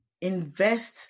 invest